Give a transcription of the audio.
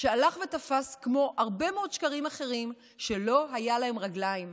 שהלך ותפס כמו הרבה מאוד שקרים אחרים שלא היו להם רגליים.